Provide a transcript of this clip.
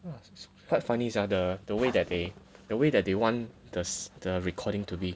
quite funny sia the the way that they the way that they want the recording to be